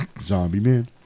Zombie-Man